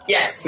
Yes